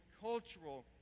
cultural